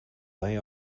lay